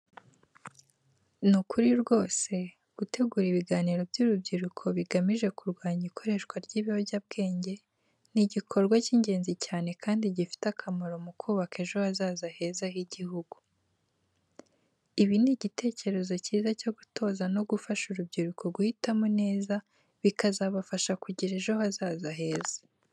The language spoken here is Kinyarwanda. Ni ukuri rwose, gutegura ibiganiro by’urubyiruko bigamije kurwanya ikoreshwa ry’ibiyobyabwenge ni igikorwa cy’ingenzi cyane kandi gifite akamaro mu kubaka ejo hazaza heza h’igihugu. Ibi ni igitekerezo cyiza cyo gutoza no gufasha urubyiruko guhitamo neza bikazabafasha kugira ejo hazaza heza.